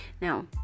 Now